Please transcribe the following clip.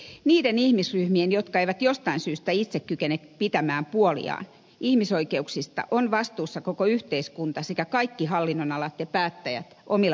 niiden ihmisryhmien ihmisoikeuksista jotka eivät jostain syystä itse kykene pitämään puoliaan on vastuussa koko yhteiskunta sekä kaikki hallinnonalat ja päättäjät omilla tonteillaan